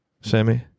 Sammy